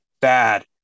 bad